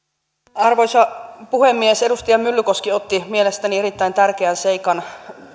arvoisa puhemies edustaja myllykoski otti mielestäni erittäin tärkeän seikan esiin